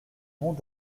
monts